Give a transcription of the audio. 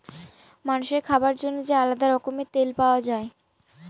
মানুষের খাবার জন্য যে আলাদা রকমের তেল পাওয়া যায়